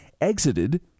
exited